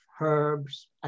herbs